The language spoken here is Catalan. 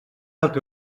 altra